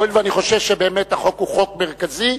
הואיל ואני חושב שבאמת החוק הוא חוק מרכזי,